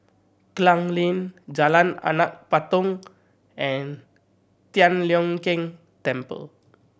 Klang Lane Jalan Anak Patong and Tian Leong Keng Temple